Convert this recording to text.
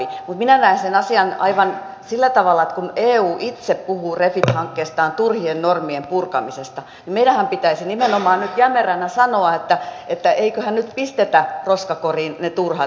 mutta minä näen sen asian aivan sillä tavalla että kun eu itse puhuu refit hankkeestaan turhien normien purkamisesta niin meidänhän pitäisi nimenomaan nyt jämeränä sanoa että eiköhän nyt pistetä roskakoriin ne turhat